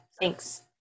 Thanks